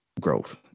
growth